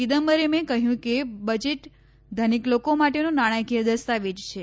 ચિદમ્બરમે કહ્યું કે બજેટ ધનિક લોકો માટેનો નાણાકીય દસ્તાવેજ છે